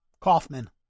Kaufman